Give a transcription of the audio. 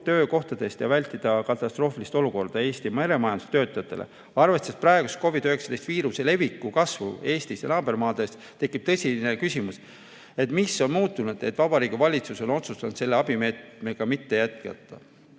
töökohti ja vältida katastroofilist olukorda Eesti meremajanduse töötajatele. Arvestades praegust COVID-19 viiruse leviku kasvu Eestis ja naabermaades, tekib tõsine küsimus, mis on muutunud, et Vabariigi Valitsus on otsustanud seda abimeedet mitte jätkata.